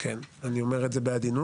כן, אני אומר את זה בעדינות.